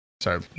Sorry